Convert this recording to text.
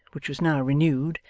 which was now renewed,